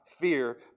fear